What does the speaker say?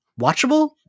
watchable